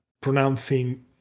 pronouncing